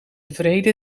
wrede